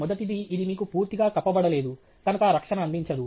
మొదటిది ఇది మీకు పూర్తిగా కప్పబడలేదు కనుక రక్షణ అందించదు